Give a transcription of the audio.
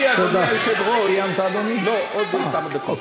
לא, לא, לא.